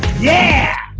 yeah,